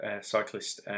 cyclist